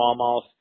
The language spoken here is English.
smallmouth